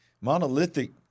monolithic